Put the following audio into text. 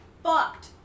fucked